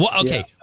Okay